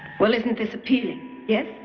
well, isn't this appealing, yes?